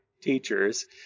teachers